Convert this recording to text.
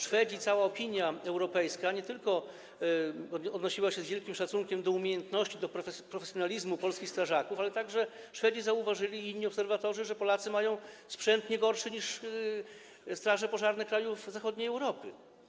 Szwedzi i cała opinia europejska nie tylko odnosili się z wielkim szacunkiem do umiejętności, do profesjonalizmu polskich strażaków, ale także Szwedzi i inni obserwatorzy zauważyli, że Polacy mają sprzęt nie gorszy niż straże pożarne krajów zachodniej Europy.